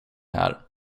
här